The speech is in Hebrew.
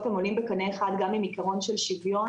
הם עולים בקנה אחד גם עם עקרון של שוויון,